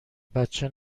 بچه